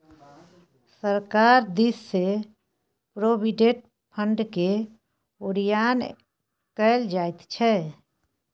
सरकार दिससँ प्रोविडेंट फंडकेँ ओरियान कएल जाइत छै